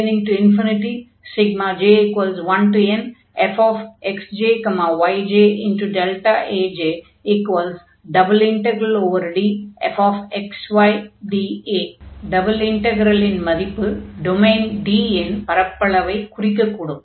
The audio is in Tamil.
n→∞j1nfxjyjΔAj∬DfxydA டபுள் இன்டக்ரலின் மதிப்பு டொமைன் D இன் பரப்பளவைக் குறிக்கக் கூடும்